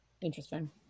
Interesting